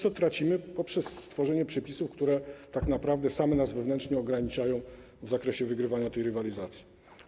Tracimy na tym z powodu stworzenia przepisów, które tak naprawdę same nas wewnętrznie ograniczają w zakresie wygrywania tej rywalizacji.